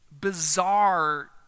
bizarre